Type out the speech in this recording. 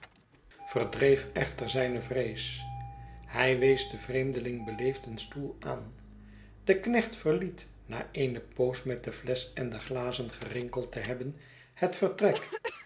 verdreef echter zijne vrees hij wees den vreemdeling beleefd een s'tpel aan de knecht verliet na eene poos met de flesch en de glazen gerinkeld te hebben het vertrek